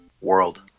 World